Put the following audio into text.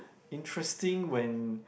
interesting when